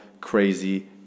crazy